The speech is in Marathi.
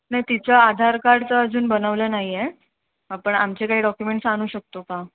नाही तिचं आधार कार्डचं अजून बनवलं नाही आहे हा पण आमचे काय डॉक्युमेंट्स आणू शकतो का